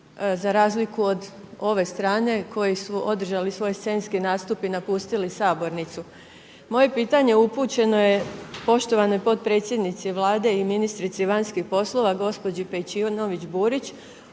Za razliku od ove strane koji su održali svoj scenski nastup i napustili sabornicu. Moje pitanje upućeno je poštovanoj potpredsjednici Vlade i ministrici vanjskih poslova, gospođi Pejčinović Burić,